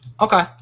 Okay